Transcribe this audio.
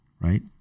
right